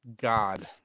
God